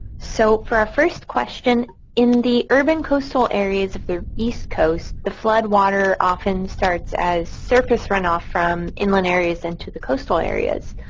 so for our first question in the urban coastal areas of the east coast the floodwater often starts as surface runoff from inland areas into the coastal areas.